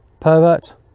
Pervert